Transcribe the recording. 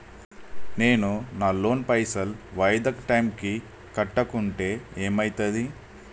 నేను నా లోన్ పైసల్ వాయిదా టైం కి కట్టకుంటే ఏమైతది?